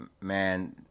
Man